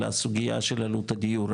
לסוגיה של עלות הדיור.